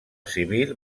civil